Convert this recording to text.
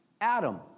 Adam